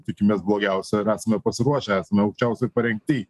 tikimės blogiausio ir esame pasiruošę esame aukščiausioj parengty